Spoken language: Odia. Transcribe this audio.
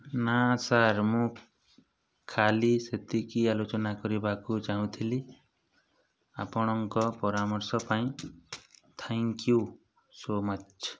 ନା ସାର୍ ମୁଁ ଖାଲି ସେତିକି ଆଲୋଚନା କରିବାକୁ ଚାହୁଁଥିଲି ଆପଣଙ୍କ ପରାମର୍ଶ ପାଇଁ ଥ୍ୟାଙ୍କ୍ ୟୁ ସୋ ମଚ୍